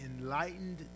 enlightened